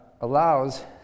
allows